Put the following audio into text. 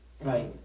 Right